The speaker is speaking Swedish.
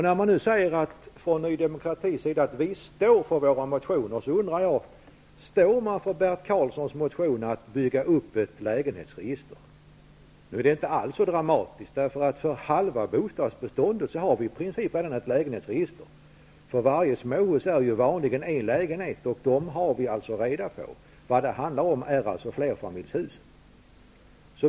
När man nu från Ny demokratis sida säger att ''vi står för våra motioner'', undrar jag: Står man för Bert Karlssons motion om att bygga upp ett lägenhetsregister? Nu är det inte alls så dramatiskt, därför att för halva bostadsbeståndet finns det i princip även ett lägenhetsregister. I varje småhus är det vanligen en lägenhet, och dem har vi reda på. Vad det handlar om är alltså flerfamiljshus.